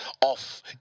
off